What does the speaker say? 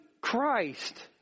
Christ